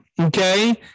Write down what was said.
Okay